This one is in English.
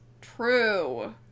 True